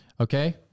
Okay